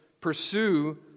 Pursue